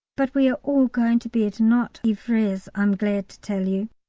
but we are all going to bed, not ivres i'm glad to tell you.